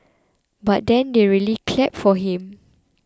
but then they really clapped for him